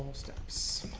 steps